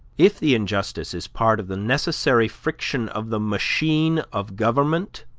if the injustice is part of the necessary friction of the machine of government,